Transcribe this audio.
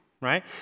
right